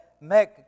make